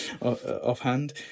offhand